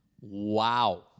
Wow